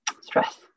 stress